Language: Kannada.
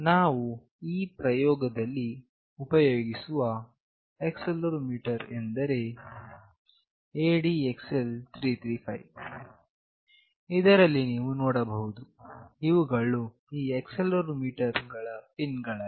ನಾವು ಈ ಪ್ರಯೋಗದಲ್ಲಿ ಉಪಯೋಗಿಸುವ ಆಕ್ಸೆಲೆರೋಮೀಟರ್ ಎಂದರೆ ADXL 335 ಇದರಲ್ಲಿ ನೀವು ನೋಡಬಹುದು ಇವುಗಳು ಈ ಆಕ್ಸೆಲೆರೋಮೀಟರ್ ನ ಪಿನ್ ಗಳಾಗಿವೆ